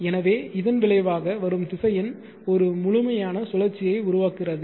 எனவே இதன் விளைவாக வரும் திசையன் ஒரு முழுமையான சுழற்சியை உருவாக்குகிறது